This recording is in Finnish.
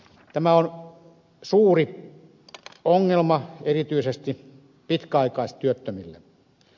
tämä on suuri ongelma erityisesti pitkäaikaistyöttömille